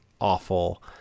awful